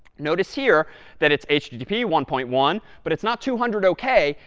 notice here that it's it's http one point one, but it's not two hundred ok,